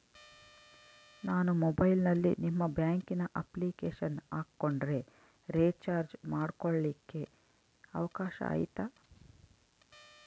ನಾನು ಮೊಬೈಲಿನಲ್ಲಿ ನಿಮ್ಮ ಬ್ಯಾಂಕಿನ ಅಪ್ಲಿಕೇಶನ್ ಹಾಕೊಂಡ್ರೆ ರೇಚಾರ್ಜ್ ಮಾಡ್ಕೊಳಿಕ್ಕೇ ಅವಕಾಶ ಐತಾ?